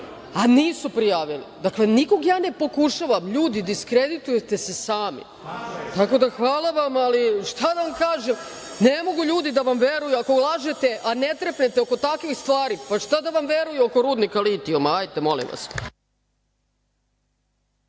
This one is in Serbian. a nisu prijavili. Dakle, nikoga ja ne pokušavam, ljudi diskreditujete se sami. Tako da hvala vam, ali šta da vam kažem, ne mogu ljudi da vam veruju ako lažete, a ne trepnete oko takvih stvari, pa šta da vam veruju oko rudnika litijuma, hajte molim vas.